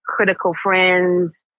criticalfriends